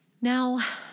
Now